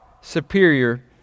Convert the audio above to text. superior